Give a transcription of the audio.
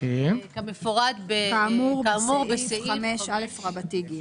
כאמור בסעיף 5א(ג).